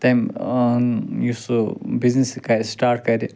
تَمہِ ٲں یُس سُہ بِزنیٚس کَرِ سِٹارٹ کَرِ